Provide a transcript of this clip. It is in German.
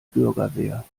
bürgerwehr